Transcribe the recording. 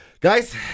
Guys